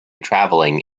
traveling